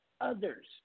others